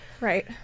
Right